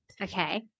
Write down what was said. Okay